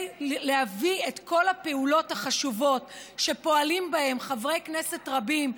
כדי להביא את כל הפעולות החשובות שפועלים חברי כנסת רבים,